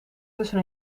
tussen